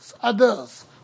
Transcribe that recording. others